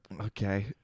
Okay